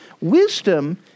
Wisdom